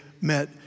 met